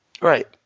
Right